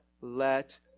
let